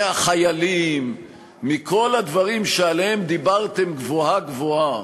מהחיילים, מכל הדברים שעליהם דיברתם גבוהה-גבוהה,